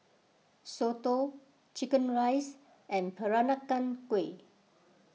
Soto Chicken Rice and Peranakan Kueh